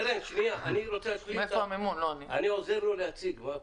קרן, אני עוזר לו להציג.